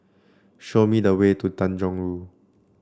show me the way to Tanjong Rhu